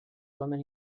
woman